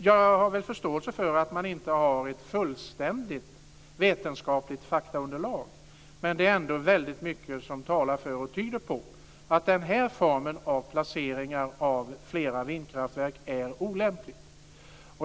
Jag har väl förståelse för att man inte har ett fullständigt vetenskapligt faktaunderlag, men det är ändå väldigt mycket som talar för och tyder på att den här formen av placering av flera vindkraftverk är olämplig.